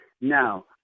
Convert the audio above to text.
now